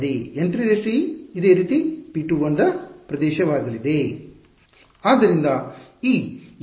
ಮತ್ತು N3e ಇದೇ ರೀತಿ P21 ದ ಪ್ರದೇಶವಾಗಲಿದೆ